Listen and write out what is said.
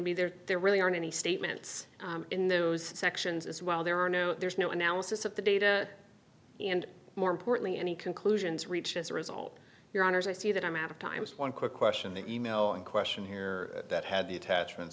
would be there there really aren't any statements in those sections as well there are no there's no analysis of the data and more importantly any conclusions reached as a result your honour's i see that amount of times one quick question the e mail in question here that had the attachment